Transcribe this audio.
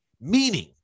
Meaning